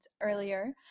earlier